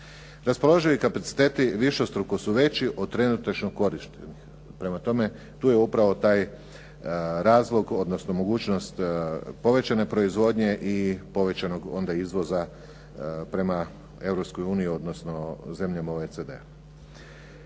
Raspoloživi kapaciteti višestruko su veći od trenutačno korištenih. Prema tome, tu je upravo taj razlog, odnosno mogućnost povećane proizvodnje i onda povećanog izvoza prema Europskoj uniji, odnosno zemljama OECD.